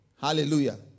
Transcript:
Hallelujah